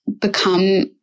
become